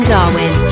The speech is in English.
Darwin